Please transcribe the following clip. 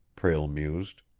prale mused.